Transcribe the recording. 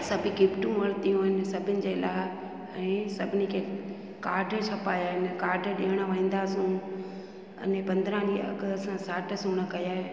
सभु गिफ्टूं वरितियूं आहिनि सभिनि जे लाइ ऐं सभिनी खे काड छपाया आहिनि काड ॾेयण वेंदासीं अने पंद्रहं ॾींहं अॻु असां साठ सुगण कया आहियूं